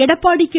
Edappadi K